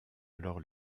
alors